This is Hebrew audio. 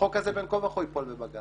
החוק הזה בין כה וכה ייפול בבג"ץ.